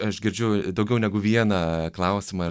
aš girdžiu daugiau negu vieną klausimą